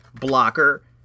Blocker